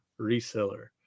reseller